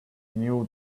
knew